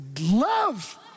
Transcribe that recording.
love